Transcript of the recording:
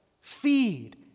feed